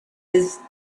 his